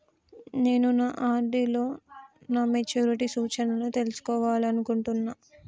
నేను నా ఆర్.డి లో నా మెచ్యూరిటీ సూచనలను తెలుసుకోవాలనుకుంటున్నా